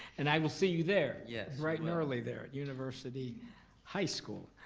and i will see you there. yes. bright and early there at university high school.